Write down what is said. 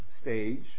stage